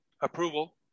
approval